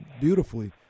beautifully